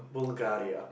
Bulgaria